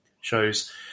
shows